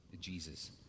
Jesus